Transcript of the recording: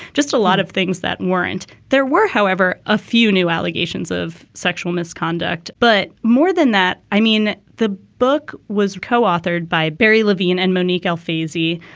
just a lot of things that weren't. there were, however, a few new allegations of sexual misconduct. but more than that, i mean, the book was co-authored by barry levine and monique l. faizi.